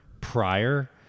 prior